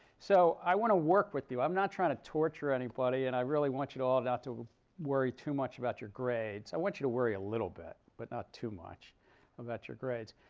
so i want to work with you. i'm not trying to torture anybody. and i really want you to all not to worry too much about your grades. i want you to worry a little bit, but not too much about your grades.